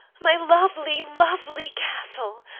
my lovely, lovely castle.